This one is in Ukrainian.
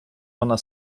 вона